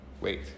Wait